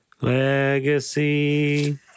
Legacy